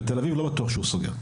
בתל אביב לא בטוח שהוא סוגר,